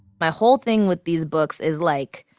my whole thing with these books is like